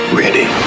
ready